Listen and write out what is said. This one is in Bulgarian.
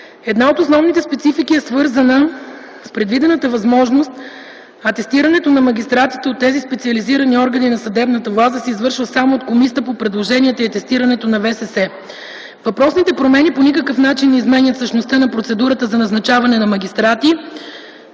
Една от основните специфики е свързана с предвидената възможност атестирането на магистратите от тези специализирани органи на съдебната власт да се извършва само от Комисията по предложенията и атестирането на Висшия съдебен съвет. Въпросните промени по никакъв начин не изменят същността на процедурата за назначаване на магистрати,